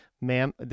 Ma'am